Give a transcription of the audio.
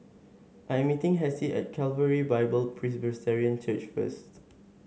I am meeting Hessie at Calvary Bible Presbyterian Church first